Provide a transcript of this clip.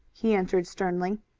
he answered sternly.